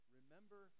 Remember